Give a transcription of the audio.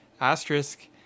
Asterisk